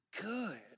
good